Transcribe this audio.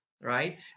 right